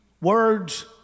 words